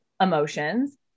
emotions